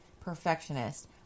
Perfectionist